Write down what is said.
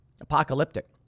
Apocalyptic